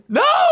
no